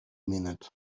minute